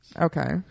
Okay